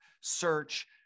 search